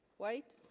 white